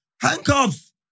handcuffs